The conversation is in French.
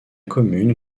commune